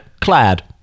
Clad